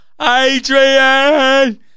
Adrian